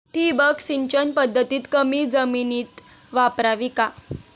ठिबक सिंचन पद्धत कमी जमिनीत वापरावी का?